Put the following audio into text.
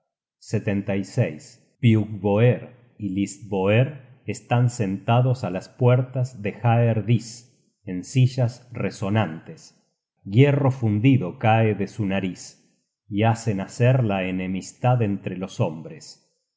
todo pecado biuggvoer y listvoer están sentados á las puertas de haer dis en sillas resonantes hierro fundido cae de su nariz y hace nacer la enemistad entre los hombres